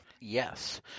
Yes